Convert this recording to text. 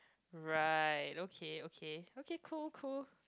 right okay okay okay cool cool